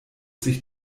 sich